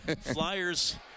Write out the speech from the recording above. Flyers